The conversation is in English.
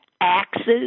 axes